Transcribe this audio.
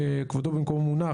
כבודו במקומו מונח,